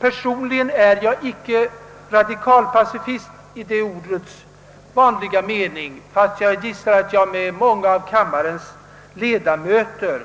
Personligen är jag inte radikalpacifist i ordets vanliga mening, ehuru jag har en önskan, som jag gissar att jag delar med många av kammarens ledamöter,